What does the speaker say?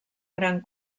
gran